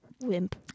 Wimp